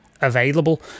available